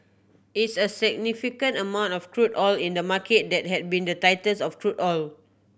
it's a significant amount of crude oil in the market that had been the tightest of crude oil